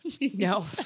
no